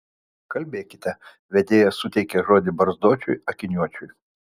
kalbėkite vedėja suteikė žodį barzdočiui akiniuočiui